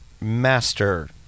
master